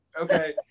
okay